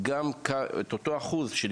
היא גם מכירה את הנתונים הקשים מאוד שאנחנו